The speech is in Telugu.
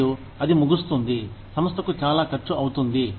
మరియు అది ముగుస్తుంది సంస్థకు చాలా ఖర్చు అవుతుంది